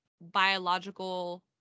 biological